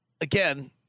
again